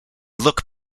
look